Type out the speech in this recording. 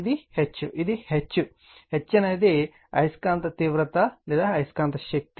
ఇది H ఇది H H అనేది అయస్కాంత తీవ్రత లేదా అయస్కాంత శక్తి